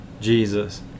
Jesus